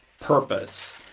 purpose